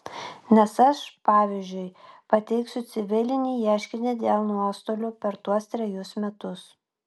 nes aš pavyzdžiui pateiksiu civilinį ieškinį dėl nuostolių per tuos trejus metus